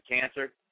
cancer